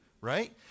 right